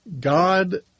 God